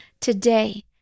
today